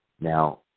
Now